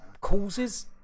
Causes